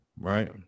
Right